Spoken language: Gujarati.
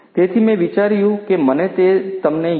તેથી મેં વિચાર્યું કે મને તે તમને યુ